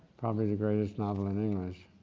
probably the greatest novel in english,